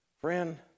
Friend